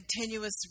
continuous